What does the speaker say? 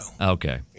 Okay